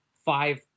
five